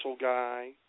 guy